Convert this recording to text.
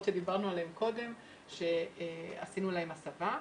שדיברנו עליהן קודם שעשינו להן הסבה.